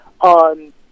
on